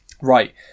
Right